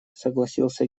согласился